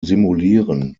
simulieren